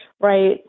Right